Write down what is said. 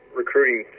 recruiting